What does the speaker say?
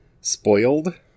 spoiled